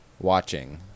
watching